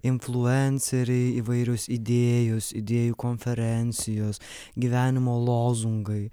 influenceriai įvairios idėjos idėjų konferencijos gyvenimo lozungai